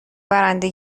برنده